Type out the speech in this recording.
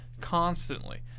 constantly